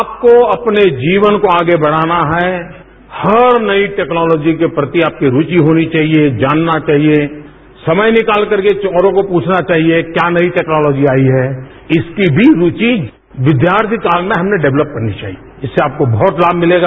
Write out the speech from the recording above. आपको अपने जीवन को आगे बढ़ाना है हर नई टेक्नोलाजी के प्रति आपकी रूचि होनी चाहिए जानना चाहिए समय निकाल करके ओरों को पुछना चाहिए क्या नई टेक्नोलाजी आई है इसकी भी रूचि विद्यार्थी काल में हममें डेवलप होनी चाहिए इससे आपको बहुत लाभ मिलेगा